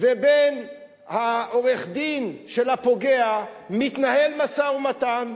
ובין עורך-הדין של הפוגע מתנהל משא-ומתן,